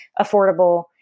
affordable